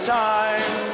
time